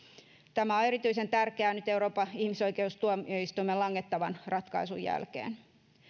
tämä on erityisen tärkeää nyt euroopan ihmisoikeustuomioistuimen langettavan ratkaisun jälkeen